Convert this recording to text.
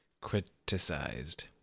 criticized